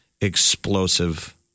explosive